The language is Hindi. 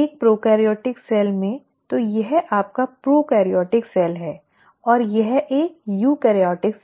एक प्रोकैरियोटिक सेल में तो यह आपका प्रोकैरियोटिक सेल है और यह एक यूकेरियोटिक सेल है